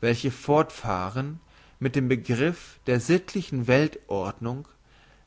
welche fortfahren mit dem begriff der sittlichen weltordnung